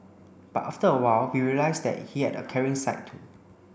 but after a while we realised that he had a caring side too